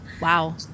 Wow